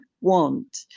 want